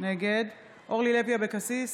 נגד אורלי לוי אבקסיס,